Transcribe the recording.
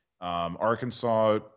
Arkansas